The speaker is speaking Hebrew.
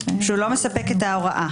הוא לא מספק את ההוראה.